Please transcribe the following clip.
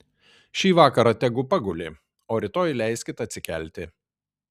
šį vakarą tegu paguli o rytoj leiskit atsikelti